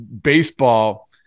baseball